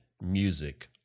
music